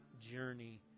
journey